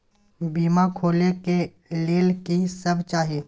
बीमा खोले के लेल की सब चाही?